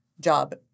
job